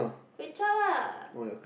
kway-chap lah